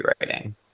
writing